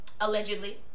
allegedly